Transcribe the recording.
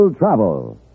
travel